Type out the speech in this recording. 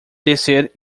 descer